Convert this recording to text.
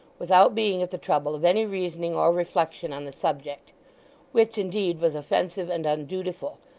without being at the trouble of any reasoning or reflection on the subject which, indeed, was offensive and undutiful,